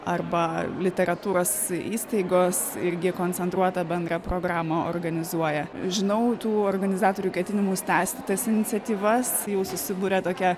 arba literatūros įstaigos irgi koncentruotą bendrą programą organizuoja žinau tų organizatorių ketinimus tęsti tas iniciatyvas jau susiburia tokia